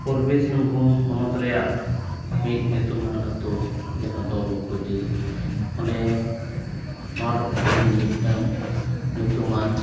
ᱯᱩᱨᱵᱤ ᱥᱤᱝᱵᱷᱩᱢ ᱦᱚᱱᱚᱛ ᱨᱮᱭᱟᱜ ᱢᱤᱫ ᱧᱩᱛᱩᱢᱟᱱ ᱟᱹᱛᱩ ᱡᱟᱦᱟᱸ ᱫᱚ ᱞᱩᱠᱩᱭᱰᱤ ᱚᱸᱰᱮ ᱱᱚᱣᱟ ᱴᱚᱴᱷᱟ ᱨᱮᱱᱤᱡ ᱢᱤᱫᱴᱟᱹᱱ ᱧᱩᱛᱩᱢᱟᱱ